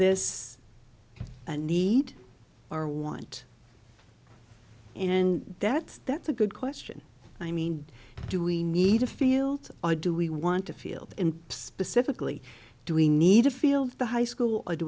this a need or want and that's that's a good question i mean do we need a field or do we want a field and specifically do we need a feel for the high school or do